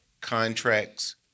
contracts